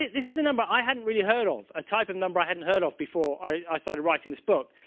this is a number i hadn't really heard of, a type of number i hadn't heard of before i started writing this book.